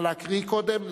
נא להקריא קודם,